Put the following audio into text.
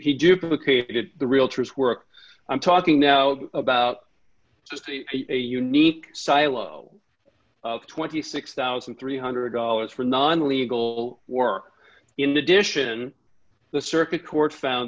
if he did the realtors work i'm talking now about just a unique silo twenty six thousand three hundred dollars for non legal work in addition the circuit court found